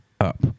up